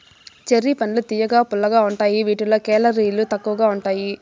cherry పండ్లు తియ్యగా, పుల్లగా ఉంటాయి వీటిలో కేలరీలు తక్కువగా ఉంటాయి